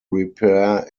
repair